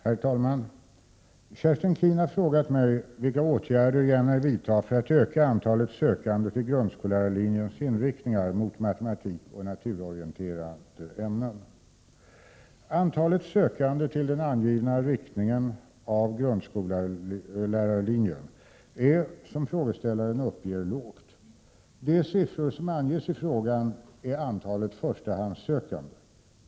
Herr talman! Kerstin Keen har frågat mig vilka åtgärder jag ämnar vidta för att öka antalet sökande till grundskollärarlinjens inriktningar mot matematik och naturorienterande ämnen. Antalet sökande till den angivna inriktningen av grundskollärarlinjen är, som frågeställaren uppger, lågt. De siffror som anges i frågan är antalet förstahandssökande.